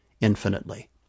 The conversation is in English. infinitely